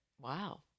Wow